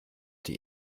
die